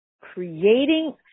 creating